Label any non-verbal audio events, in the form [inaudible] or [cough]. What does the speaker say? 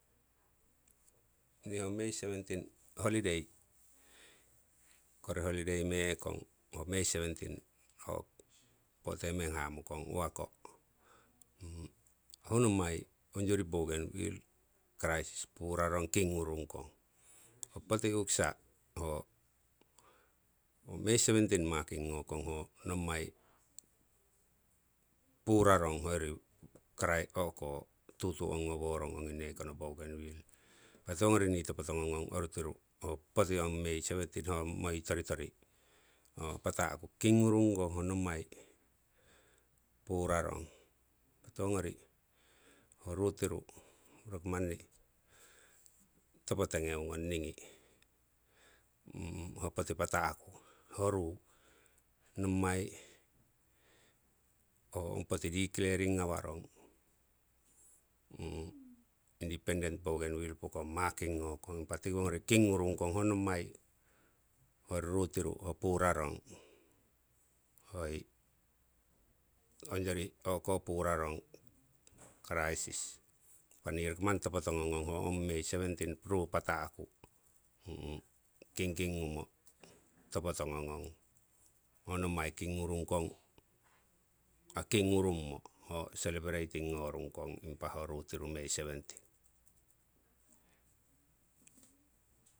Nii ho may seventeen holiday kori holiday me'kong ho may seventeen po'te meng hamukong, uwa ko? Ho nommai ongyori bougainville crisis purarong kingurung kong, ho poti u'kisa ho may seventeen making ngokong ho nommai purarong hoyori cri o'ko tutu ongi ngoworong nekono bougainville. Impa tiwongori nii topo tongongong oru tiru ho poti ong may seventeen moi toritori pata'ku, kingurung kong ho nommai purarong, tiwongori ho ruu tiru roki manni topo tongeu ngong niingi. [hesitation] ho poti pata'ku ho ruu nommai ho ong poti declaring ngowarong [hesitation] independent bougainville pokong making ngokong impa tiwongori kingurung kong ho nommai ho ruu tiru purarong, hoi onyori o'ko purarong crisis. Impa nii roki manni topo tongongong ho ong may seventeen ruu pata'ku. Kingking ngumo topo tongo ngong ho nommai kingurung kong ai kingurummo ho celebrating ngorung kong, impa ho ruu tiru may seventeen.